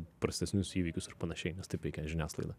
prastesnius įvykius ir panašiai nes taip veikia žiniasklaida